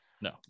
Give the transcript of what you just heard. No